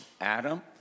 Adam